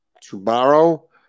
tomorrow